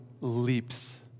leaps